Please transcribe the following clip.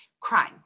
crime